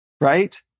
right